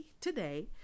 today